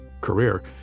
career